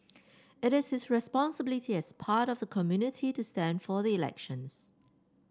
it is his responsibility as part of the community to stand for the elections